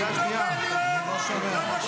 לא מאמינים במערכת